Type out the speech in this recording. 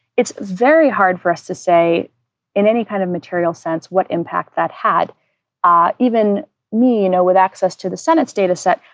it's very hard for us to say in any kind of material sense what impact that had ah even me. you know, with access to the senate's data set,